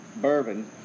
bourbon